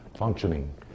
functioning